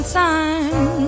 time